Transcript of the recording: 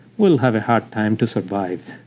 will have a hard time to survive.